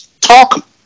talk